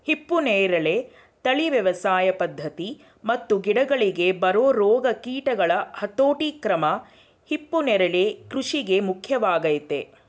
ಹಿಪ್ಪುನೇರಳೆ ತಳಿ ವ್ಯವಸಾಯ ಪದ್ಧತಿ ಮತ್ತು ಗಿಡಗಳಿಗೆ ಬರೊ ರೋಗ ಕೀಟಗಳ ಹತೋಟಿಕ್ರಮ ಹಿಪ್ಪುನರಳೆ ಕೃಷಿಗೆ ಮುಖ್ಯವಾಗಯ್ತೆ